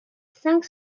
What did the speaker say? cinq